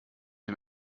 dem